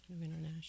international